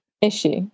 issue